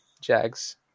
Jags